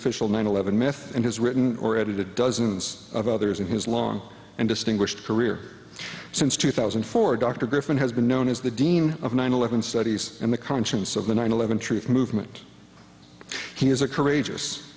official nine eleven myth and has written or edited dozens of others in his long and distinguished career since two thousand and four dr griffin has been known as the dean of nine eleven studies and the conscience of the nine eleven truth movement he is a courageous